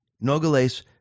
Nogales